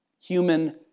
human